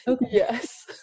Yes